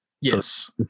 Yes